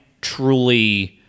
truly